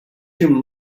you